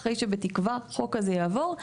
אחרי שבתקווה החוק הזה יעבור,